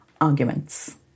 arguments